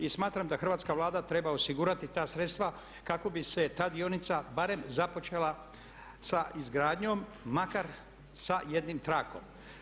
I smatram da Hrvatska vlada treba osigurati ta sredstva kako bi se ta dionica barem započela sa izgradnjom makar sa jednim trakom.